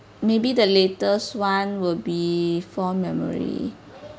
maybe the latest [one] will be fond memory